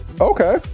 Okay